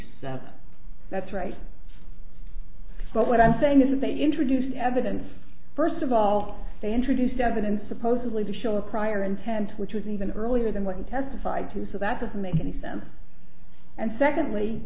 six that's right but what i'm saying is that they introduced evidence first of all they introduced evidence supposedly to show a prior intent which was even earlier than what he testified to so that doesn't make any sense and secondly